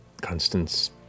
Constance